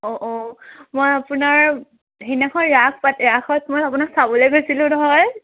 অ' অ' মই আপোনাৰ সেইদিনাখন ৰাস পাতে ৰাসত মই আপোনাক চাবলৈ গৈছিলোঁ নহয়